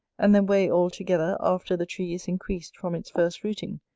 and then weigh all together after the tree is increased from its first rooting,